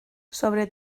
sobre